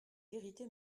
vérité